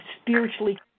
spiritually